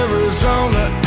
Arizona